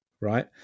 right